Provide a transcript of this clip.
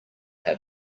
have